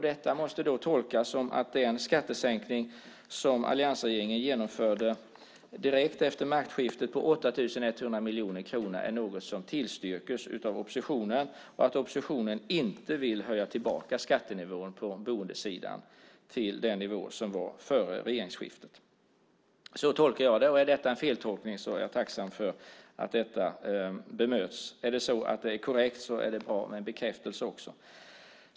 Detta måste tolkas som att den skattesänkning på 8 100 miljoner kronor som alliansregeringen genomförde direkt efter maktskiftet är något som tillstyrks av oppositionen och att oppositionen inte vill höja skattenivån på boendesidan till den nivå som var före regeringsskiftet. Så tolkar jag det, och om det är en feltolkning är jag tacksam för att den bemöts. Om den är korrekt är det bra med en bekräftelse också.